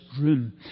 room